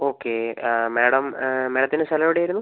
okay madam മാഡത്തിൻ്റെ സ്ഥലം എവിടെയായിരുന്നു